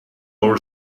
all